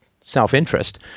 self-interest